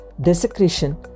desecration